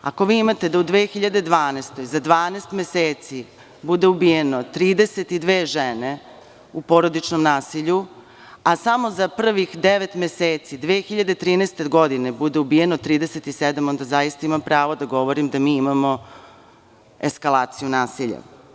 Ako vi imate do 2012. godine za 12 meseci bude ubijeno 32 žene u porodičnom nasilju, a samo za prvih devet meseci 2013. godine bude ubijeno 37, onda zaista imam pravo da govorim da mi imamo eskalaciju nasilja.